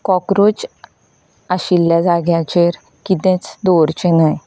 cockroach आशिल्ले जाग्यांचेर कितेंच दवरचें न्हय